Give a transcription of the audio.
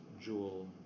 jewel